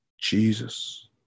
Jesus